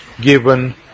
given